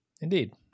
Indeed